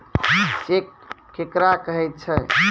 Cheque केकरा कहै छै?